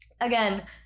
Again